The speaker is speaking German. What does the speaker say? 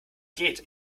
geht